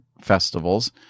festivals